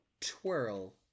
Twirl